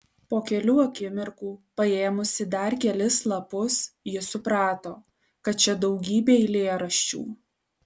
po kelių akimirkų paėmusi dar kelis lapus ji suprato kad čia daugybė eilėraščių